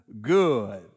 good